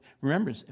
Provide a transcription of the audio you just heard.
Remember